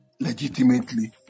legitimately